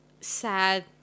sad